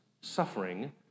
suffering